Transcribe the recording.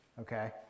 okay